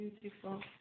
beautiful